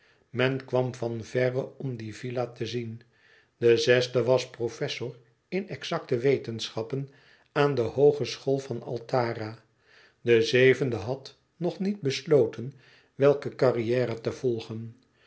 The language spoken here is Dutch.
men kwam van verre om die villa te zien de zesde was professor in exacte wetenschappen aan de hoogeschool van altara de zevende had nog niet besloten welke carrière te volgen